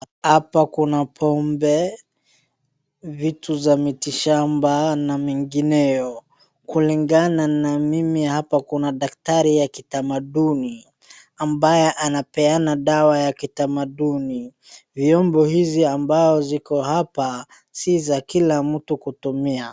Hapa kuna pombe, vitu za miti shamba na mengineo. Kulingana na mimi hapa kuna daktari wa kitamaduni ambaye anapeana dawa ya kitamaduni. Vyombo hizi ambazo ziko hapa si za kila mtu kutumia.